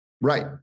Right